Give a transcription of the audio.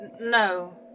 no